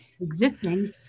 existing